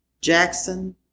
Jackson